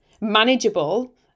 manageable